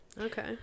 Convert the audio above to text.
okay